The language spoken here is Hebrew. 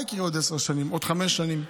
מה יקרה עוד עשר שנים, עוד חמש נשים?